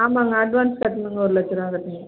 ஆமாங்க அட்வான்ஸ் கட்டணுங்க ஒரு லட்சருபா கட்டணுங்க